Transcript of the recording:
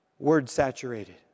Word-saturated